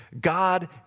God